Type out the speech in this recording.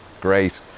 great